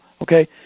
Okay